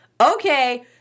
okay